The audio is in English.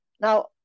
Now